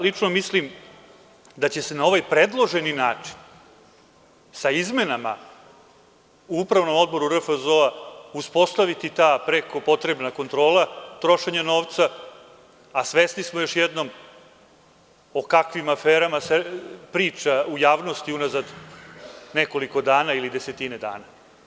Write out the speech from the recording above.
Lično mislim da će se na ovaj predloženi način sa izmenama u Upravnom odboru RFZO uspostaviti ta preko potrebna kontrola trošenja novca, a svesni smo još jednom o kakvim aferama se priča u javnosti unazad nekoliko dana ili desetina dana.